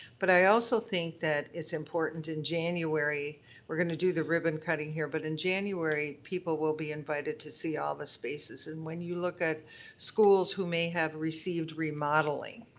but i also think it's important in january we're going to do the ribbon cutting here, but in january people will be invited to see all the spaces and when you look at schools, who may have received remodeling,